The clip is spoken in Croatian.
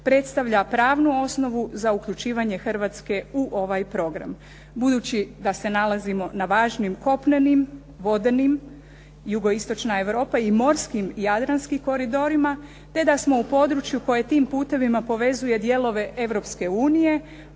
predstavlja pravnu osnovu za uključivanje Hrvatske u ovaj program. Budući da se nalazimo na važnim kopnenim, vodenim, Jugoistočna Europa i morskim jadranskim koridorima, te da smo u području koje tim putevima povezuje dijelove